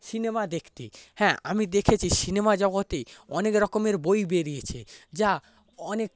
cinema দেখতে হ্যাঁ আমি দেখেছি সিনেমা জগতে অনেক রকমের বই বেরিয়েছে যা অনেক